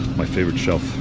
my favorite shelf.